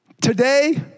Today